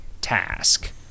task